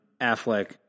Affleck